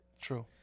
True